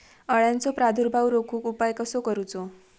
अळ्यांचो प्रादुर्भाव रोखुक उपाय कसो करूचो?